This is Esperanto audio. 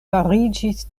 fariĝis